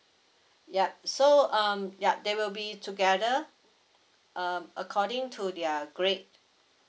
yup so uh ya there will be together err according to their grade